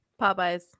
Popeyes